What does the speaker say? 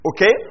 Okay